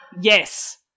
Yes